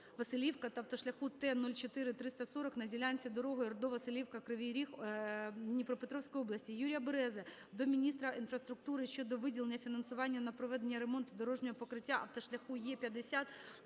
та автошляху Т0434 на ділянці дороги Ордо-Василівка-Кривий Ріг, Дніпропетровської області. Юрія Берези до міністра інфраструктури щодо виділення фінансування на проведення ремонту дорожнього покриття автошляху Е50